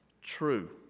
true